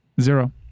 Zero